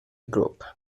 group